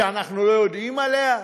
שאנחנו לא יודעים עליה?